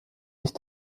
sich